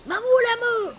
mamule mū